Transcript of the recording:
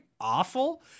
awful